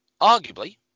Arguably